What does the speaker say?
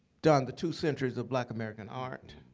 done the two centuries of black american art